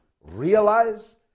realize